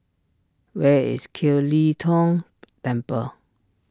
where is Kiew Lee Tong Temple